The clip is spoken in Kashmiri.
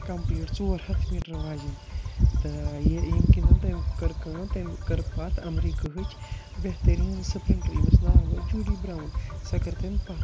کَمپٕلیٖٹ ژور ہَتھ میٖٹَر واجٮ۪ن تہٕ یہِ ییٚمۍ کِنۍ زَنہٕ تٔمۍ کٔر کٲم تٔمۍ کٔر پَتھ امریٖکہٕ ہٕچ بہتریٖن سِپرِنٛٹ ییٚمِس ناو اوس جوٗڈی برٛاوُن سۄ کٔر تٔمۍ پَتھ